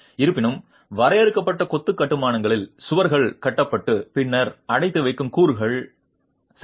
இருப்பினும் வரையறுக்கப்பட்ட கொத்து கட்டுமானங்களில் சுவர்கள் கட்டப்பட்டு பின்னர் அடைத்து வைக்கும் கூறுகள் சரி